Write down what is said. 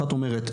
אחת אומרת,